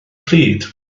pryd